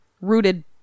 rooted